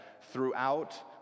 throughout